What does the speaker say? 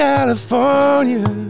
California